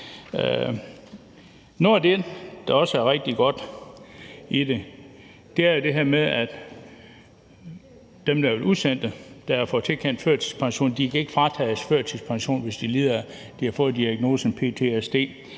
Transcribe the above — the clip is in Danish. Noget af det, der også er rigtig godt i det, er det her med, at dem, der har været udsendt og har fået tilkendt førtidspension, ikke kan fratages førtidspensionen, hvis de har fået diagnosen ptsd.